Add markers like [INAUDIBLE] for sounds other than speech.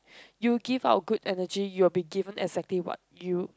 [BREATH] you give out a good energy you will be given exactly what you